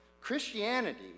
Christianity